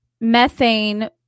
methane